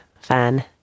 fan